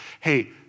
hey